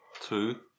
Two